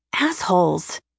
Assholes